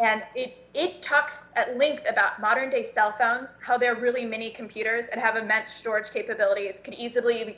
and it talks at length about modern day cell phones how they're really many computers and have immense storage capabilities can easily